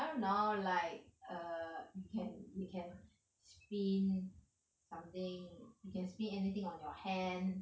I don't know like err you can you can spin something you can spin anything on your hand